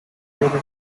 really